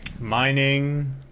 Mining